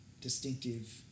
distinctive